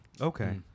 okay